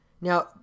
Now